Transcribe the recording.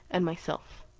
and myself.